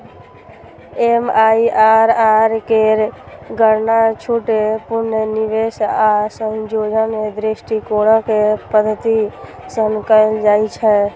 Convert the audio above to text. MIRR केर गणना छूट, पुनर्निवेश आ संयोजन दृष्टिकोणक पद्धति सं कैल जाइ छै